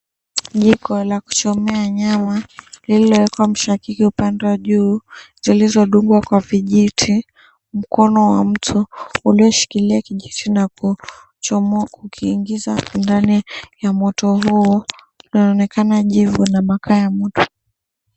Jiko la kuchomea nyama lililoekwa mshakiki upande wa juu zilizodungwa kwa vijiti. Mkono wa mtu ulioshikilia kijiti na kuchomoa kukiingiza ndani ya moto huo unaonekana jivu la makaa ya moto.